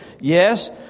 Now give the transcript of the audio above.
Yes